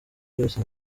byose